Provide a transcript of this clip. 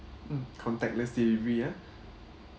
mm contactless delivery ya